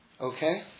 Okay